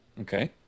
Okay